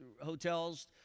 hotels